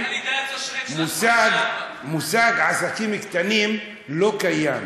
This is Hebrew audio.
במגזר הערבי המושג עסקים קטנים לא קיים.